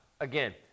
again